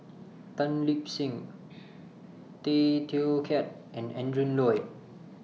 Tan Lip Seng Tay Teow Kiat and Adrin Loi